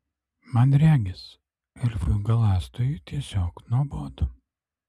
man regis elfui galąstojui tiesiog nuobodu